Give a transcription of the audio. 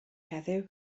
heddiw